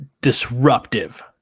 disruptive